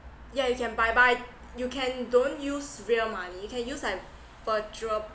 yeah you can buy buy you can don't use real money you can use like virtual